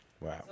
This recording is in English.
Wow